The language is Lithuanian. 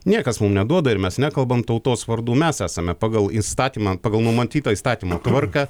niekas mum neduoda ir mes nekalbam tautos vardu mes esame pagal įstatymą pagal numatytą įstatymo tvarką